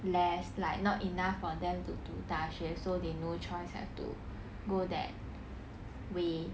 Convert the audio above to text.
less like not enough for them to 读大学 so they no choice have to go that way